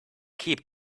keep